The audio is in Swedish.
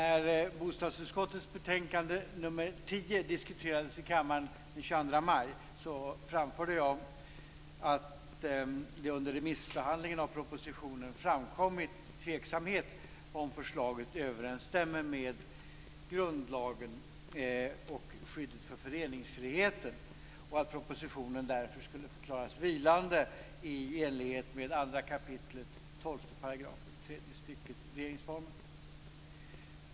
När bostadsutskottets betänkande nr 10 diskuterades i kammaren den 20 maj framförde jag att det under remissbehandlingen av propositionen framkommit tveksamhet om förslaget överensstämmer med grundlagen och skyddet för föreningsfriheten och att propositionen därför skulle förklaras vilande i enlighet med 2 kap. 12 § tredje stycket regeringsformen.